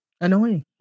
annoying